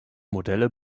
modelle